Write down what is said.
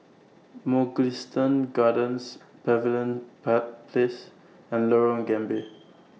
Mugliston Gardens Pavilion Place and Lorong Gambir